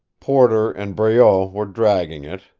porter and breault were dragging it,